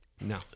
No